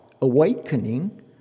awakening